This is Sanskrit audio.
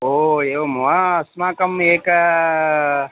ओ एवं वा अस्माकम् एकम्